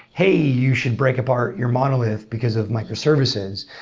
hey, you should break apart your monolith because of microservices.